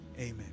Amen